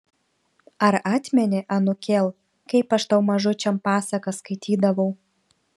ar atmeni anūkėl kaip aš tau mažučiam pasakas skaitydavau